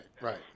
Right